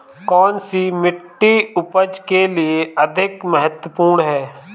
कौन सी मिट्टी उपज के लिए अधिक महत्वपूर्ण है?